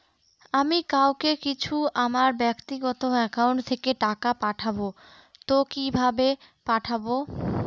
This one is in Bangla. আমি কাউকে কিছু আমার ব্যাক্তিগত একাউন্ট থেকে টাকা পাঠাবো তো কিভাবে পাঠাবো?